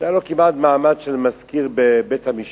היה לו כמעט מעמד של מזכיר בבית-המשפט,